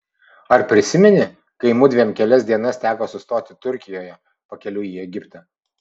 ar prisimeni kai mudviem kelias dienas teko sustoti turkijoje pakeliui į egiptą